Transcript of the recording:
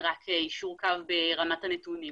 זה רק יישור קו ברמת הנתונים.